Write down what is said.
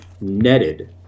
netted